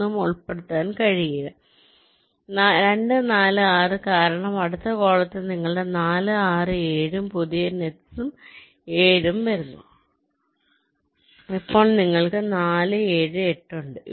ഒന്നും ഉൾപ്പെടുത്താൻ കഴിയില്ല 2 4 6 കാരണം അടുത്ത കോളത്തിൽ നിങ്ങളുടെ 4 6 7 ഉം പുതിയ നെറ്റ്സ് 7 ഉം വരുന്നു അപ്പോൾ നിങ്ങൾക്ക് 4 7 8 ഉണ്ട്